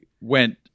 went